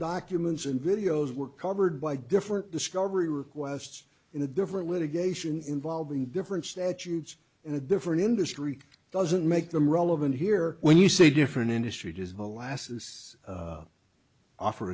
documents and videos were covered by different discovery requests in a different litigation involving different statutes in a different industry doesn't make them relevant here when you say a different industry does the lasses offer